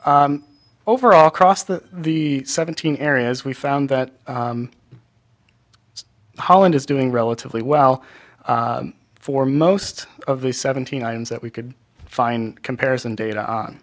t overall cross the the seventeen areas we found that holland is doing relatively well for most of the seventeen items that we could find comparison data